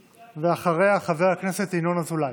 אחריה, חבר הכנסת ינון אזולאי.